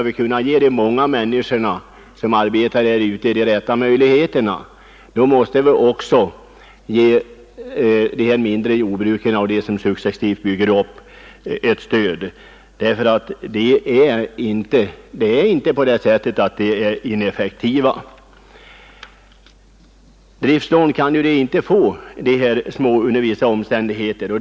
Vi måste ge ett stöd också till innehavarna av de mindre jordbruken och till de människor som successivt bygger upp sin verksamhet. De är inte ineffektiva, men driftslån kan de inte få under vissa omständigheter.